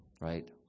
right